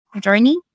journey